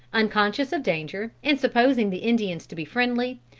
unconscious of danger, and supposing the indians to be friendly,